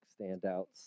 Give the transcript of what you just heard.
standouts